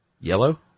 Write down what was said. Yellow